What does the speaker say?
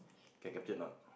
can capture or not